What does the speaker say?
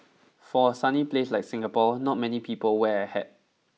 for a sunny place like Singapore not many people wear a hat